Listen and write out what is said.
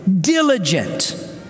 diligent